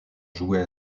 joue